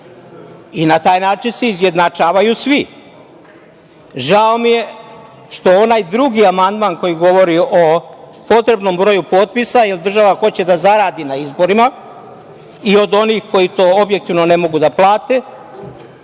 Na taj način se izjednačavaju svi. Žao mi je što onaj drugi amandman, koji govori o potrebnom broju potpisa, jer država hoće da zaradi na izborima i od onih koji to objektivno ne mogu da plate,